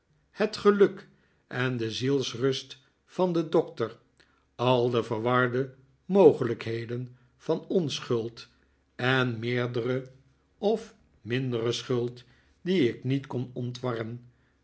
het geluk en de zielsrust van den doctor al de verwarde mogelijkheden van onschuld en meerdere of mindere schuld die ik niet kon ontwarren